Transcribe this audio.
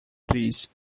trees